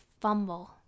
fumble